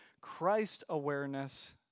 Christ-awareness